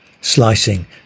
slicing